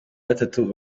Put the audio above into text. batatu